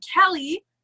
Kelly